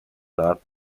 not